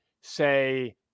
say